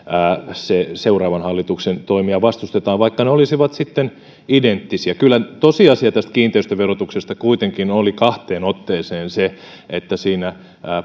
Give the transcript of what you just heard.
seuraavan hallituksen toimia vastustetaan vaikka ne olisivat identtisiä kyllä tosiasia tästä kiinteistöverotuksesta kuitenkin oli kahteen otteeseen se että siinä